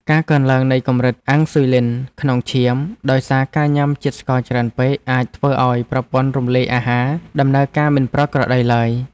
ការកើនឡើងនៃកម្រិតអាំងស៊ុយលីនក្នុងឈាមដោយសារការញ៉ាំជាតិស្ករច្រើនពេកអាចធ្វើឲ្យប្រព័ន្ធរំលាយអាហារដំណើរការមិនប្រក្រតីឡើយ។